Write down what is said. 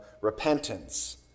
repentance